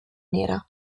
nera